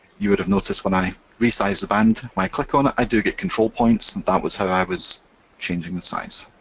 you would have noticed when i resize the band, when i click on it i do get control points and that was how i was changing the size.